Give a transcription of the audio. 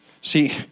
See